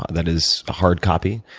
that is hard copy?